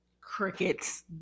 Crickets